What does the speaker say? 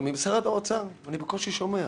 אבל ממשרד האוצר אני בקושי שומע.